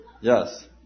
Yes